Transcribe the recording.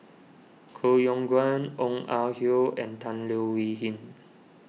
Koh Yong Guan Ong Ah Hoi and Tan Leo Wee Hin